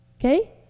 Okay